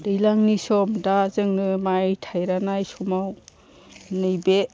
दैज्लांनि सम दा जोङो माइ थायरानाय समाव नैबे